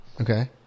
Okay